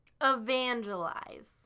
Evangelize